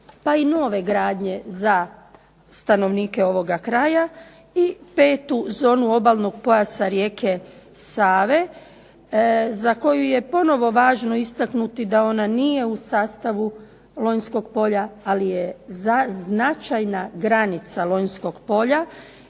pa i nove gradnje za stanovnike ovoga kraja, i petu zonu obalnog pojasa rijeke Save za koju je ponovno važno istaknuti da ona nije u sastavu Lonjskog polja ali je značajna granica Lonjskog polja